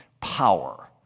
power